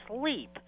sleep